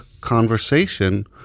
conversation